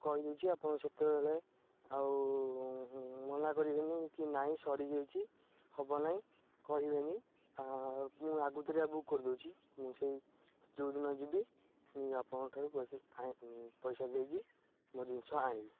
କହିଦେଉଛି ଆପଣ ସେତେବେଳେ ଆଉ ମନା କରିବେନି କି ନାଇଁ ସରିଯାଇଛି ହେବ ନାଇଁ କହିବେନି ମୁଁ ଆଗୁତୁରିଆ ବୁକ୍ କରିଦେଉଛି ମୁଁ ସେଇ ଯେଉଁ ଦିନ ଯିବି ମୁଁ ଆପଣଙ୍କଠାରୁ ପଇସା ଦେଇକି ମୋ ଜିନିଷ ଆଣିବି